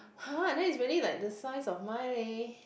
!huh! that's really like the size of mine leh